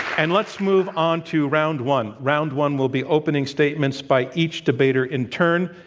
and let's move on to round one. round one will be opening statements by each debater in turn.